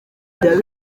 bya